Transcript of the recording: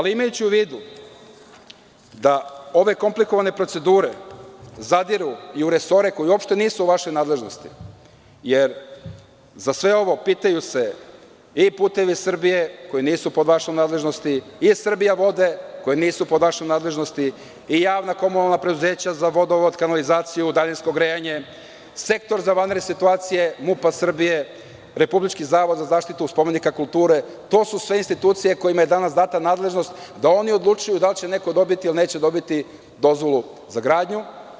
Imajući u vidu da ove komplikovane procedure zadiru i u resore koji uopšte nisu u vašoj nadležnosti jer za sve ovo pitaju se i „Putevi Srbije“ koji nisu pod vašom nadležnošću i „Srbijavode“ koje nisu pod vašom nadležnošću i javna komunalna preduzeća za vodovod, kanalizaciju, daljinsko grejanje, Sektor za vanredne situacije MUP Srbije, Republički zavod za zaštitu spomenika kulture, to su sve institucije kojima je danas data nadležnost da oni odlučuju da li će neko dobiti ili neće dobiti dozvolu za gradnju.